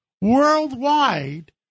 worldwide